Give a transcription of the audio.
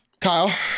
Kyle